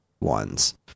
ones